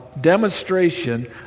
demonstration